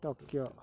Tokyo